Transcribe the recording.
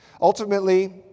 Ultimately